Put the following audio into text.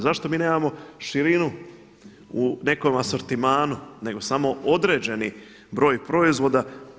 Zašto mi nemamo širinu u nekom asortimanu, nego samo određeni broj proizvoda?